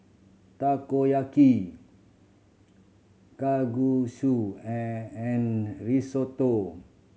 Takoyaki Kalguksu and Risotto